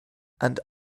and